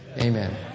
amen